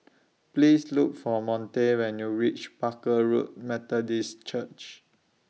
Please Look For Monte when YOU REACH Barker Road Methodist Church